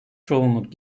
çoğunluk